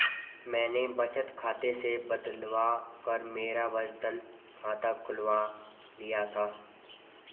मैंने बचत खाते से बदलवा कर मेरा वेतन खाता खुलवा लिया था